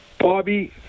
Bobby